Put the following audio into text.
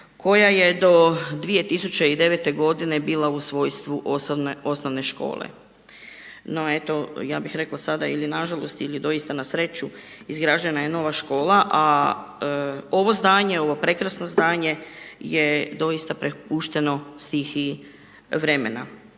koja je do 2009. godine bila u svojstvu osnovne škole. No eto, ja bih rekla sada ili nažalost ili doista na sreću izgrađena je nova škola a ovo zdanje, ovo prekrasno zdanje je doista prepušteno stihiji vremena.